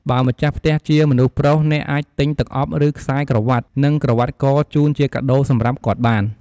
បើម្ចាស់ផ្ទះជាមនុស្សប្រុស អ្នកអាចទិញទឹកអប់ ឬខ្សែក្រវ៉ាត់ និងក្រវ៉ាត់ក ជូនជាកាដូរសម្រាប់គាត់បាន។